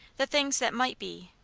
the things that might be,